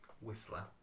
Whistler